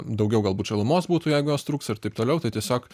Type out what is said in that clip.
daugiau galbūt šilumos būtų jeigu jos trūks ir taip toliau tai tiesiog